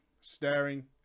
staring